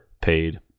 paid